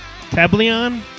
Tablion